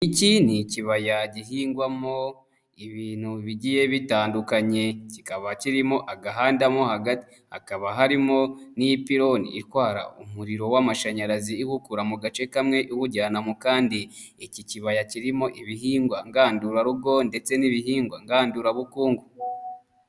Iki ni ikibaya gihingwamo ibintu bigiye bitandukanye, kikaba kirimo agahanda mo hagati. Hakaba harimo n'ipiloni itwara umuriro w'amashanyarazi iwukura mu gace kamwe iwujyana mu kandi. Iki kibaya kirimo ibihingwa ngandurarugo, ndetse n'ibihingwa ngandurabukungu.